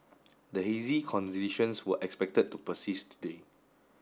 the hazy conditions were expected to persist today